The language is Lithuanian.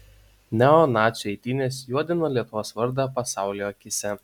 neonacių eitynės juodina lietuvos vardą pasaulio akyse